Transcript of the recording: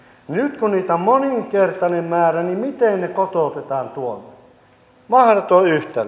nyt todetaan moninkertainen määrä tehdä meillä sairaanhoitopiireillä on yhtä